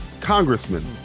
Congressman